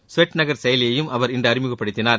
sweat நகர் செயலியையும் அவர் இன்று அறிமுகப்படுத்தினார்